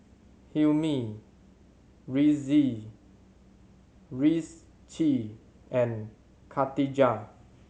Hilmi Rizqi and Katijah